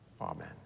Amen